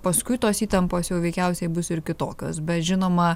paskui tos įtampos jau veikiausiai bus ir kitokios bet žinoma